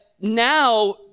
now